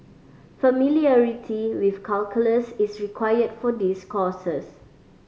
familiarity with calculus is required for this courses